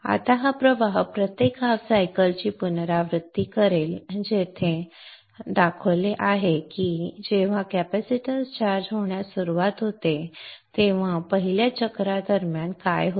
आता हा प्रवाह प्रत्येक हाफ सायकल ची पुनरावृत्ती करेल जसे येथे दाखवले आहे की जेव्हा कॅपेसिटन्स चार्ज होण्यास सुरुवात होते तेव्हा पहिल्या सायकल दरम्यान काय होते